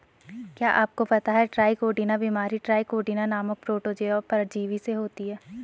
क्या आपको पता है ट्राइकोडीना बीमारी ट्राइकोडीना नामक प्रोटोजोआ परजीवी से होती है?